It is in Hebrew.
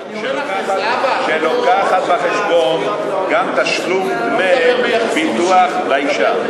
שמביאה בחשבון גם תשלום דמי ביטוח לאישה.